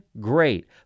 great